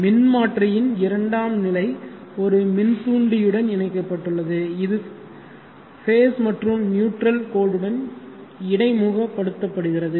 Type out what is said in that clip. மின்மாற்றியின் இரண்டாம் நிலை ஒரு மின்தூண்டி யுடன் இணைக்கப்பட்டுள்ளது இது ஃபேஸ் மற்றும் நியூட்ரல் கோடுடன் இடைமுகப்படுத்துகிறது